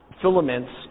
filaments